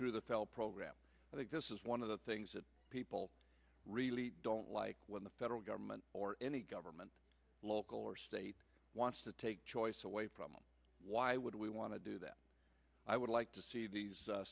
through the fell program i think this is one of the things that people really don't like when the federal government or any government local or state wants to take choice away from why would we want to do that i would like to see these